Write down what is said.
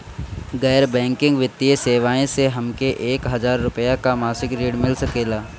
गैर बैंकिंग वित्तीय सेवाएं से हमके एक हज़ार रुपया क मासिक ऋण मिल सकेला?